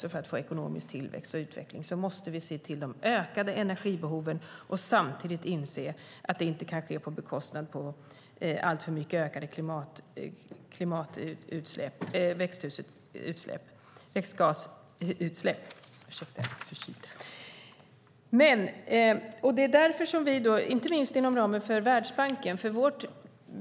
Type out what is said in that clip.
För att få ekonomisk tillväxt och utveckling måste vi också se till de ökade energibehoven och samtidigt inse att det inte kan ske på bekostnad av alltför stor ökning av växthusgasutsläpp.